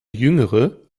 jüngere